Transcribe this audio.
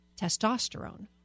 testosterone